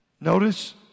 notice